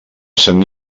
sant